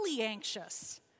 anxious